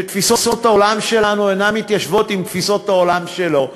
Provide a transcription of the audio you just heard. שתפיסות העולם שלנו אינן מתיישבות עם תפיסות העולם שלו,